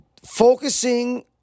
Focusing